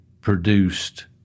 produced